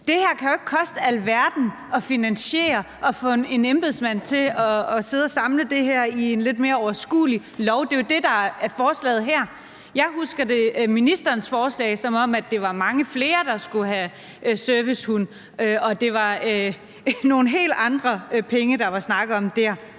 Det kan jo ikke koste alverden at finansiere at få en embedsmand til at sidde og samle det her i en lidt mere overskuelig lov. Det er jo det, der er forslaget her. Jeg husker ministerens forslag, som om det var mange flere, der skulle have en servicehund, og at det dér var nogle helt andre penge, der var snak om.